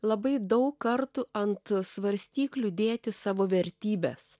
labai daug kartų ant svarstyklių dėti savo vertybes